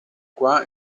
qua